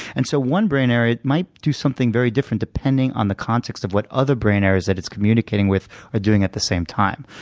and so one brain area might do something very different depending on the context of what other brain areas that it's communicating with are doing at the same time.